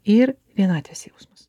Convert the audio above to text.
ir vienatvės jausmas